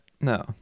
No